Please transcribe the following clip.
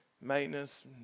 maintenance